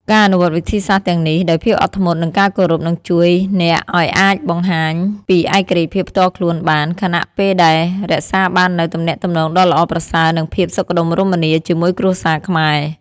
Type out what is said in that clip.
ការអនុវត្តវិធីសាស្ត្រទាំងនេះដោយភាពអត់ធ្មត់ និងការគោរព នឹងជួយអ្នកឲ្យអាចបង្ហាញពីឯករាជ្យភាពផ្ទាល់ខ្លួនបាន ខណៈពេលដែលរក្សាបាននូវ ទំនាក់ទំនងដ៏ល្អប្រសើរ និងភាពសុខដុមរមនា ជាមួយគ្រួសារខ្មែរ។